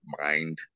mind